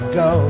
go